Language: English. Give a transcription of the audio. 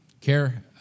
care